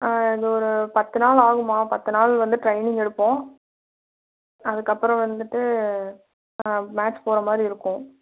ஆ இது ஒரு பத்து நாள் ஆகும்மா பத்து நாள் வந்து ட்ரெயினிங் எடுப்போம் அதுக்கப்புறம் வந்துவிட்டு மேட்ச் போகிற மாதிரி இருக்கும்